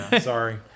Sorry